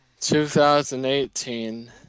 2018